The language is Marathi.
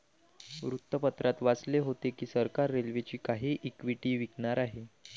वृत्तपत्रात वाचले होते की सरकार रेल्वेची काही इक्विटी विकणार आहे